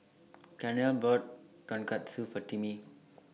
Carnell bought Tonkatsu For Timmie